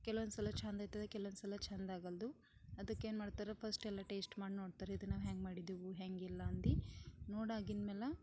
ಕೆಲವೊಂದ್ಸಲ ಚೆಂದ ಆಯ್ತದ ಕೆಲವೊಂದ್ಸಲ ಚೆಂದ ಆಗಲ್ದು ಅದಕ್ಕೇನು ಮಾಡ್ತಾರೆ ಫಸ್ಟ್ ಎಲ್ಲ ಟೇಸ್ಟ್ ಮಾಡಿ ನೋಡ್ತಾರೆ ಇದನ್ನ ನಾವು ಹೆಂಗೆ ಮಾಡಿದೆವು ಹೆಂಗೆ ಇಲ್ಲ ಅಂದು ನೋಡಿ ಆಗಿನ ಮ್ಯಾಲ